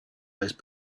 those